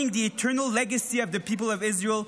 the eternal legacy of the people of Israel,